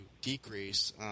decrease